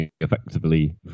effectively